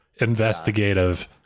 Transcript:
investigative